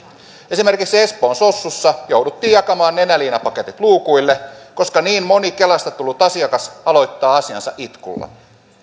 esimerkiksi espoon sossussa jouduttiin jakamaan nenäliinapaketit luukuille koska niin moni kelasta tullut asiakas aloittaa asiansa itkulla